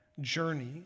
journey